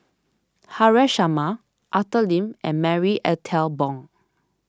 Haresh Sharma Arthur Lim and Marie Ethel Bong